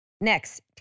Next